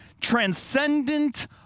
transcendent